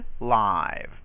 live